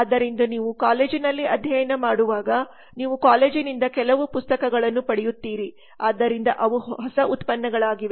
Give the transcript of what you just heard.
ಆದ್ದರಿಂದ ನೀವು ಕಾಲೇಜಿನಲ್ಲಿ ಅಧ್ಯಯನ ಮಾಡುವಾಗ ನೀವು ಕಾಲೇಜಿನಿಂದ ಕೆಲವು ಪುಸ್ತಕಗಳನ್ನು ಪಡೆಯುತ್ತೀರಿ ಆದ್ದರಿಂದ ಅವು ಹೊಸ ಉತ್ಪನ್ನಗಳಾಗಿವೆ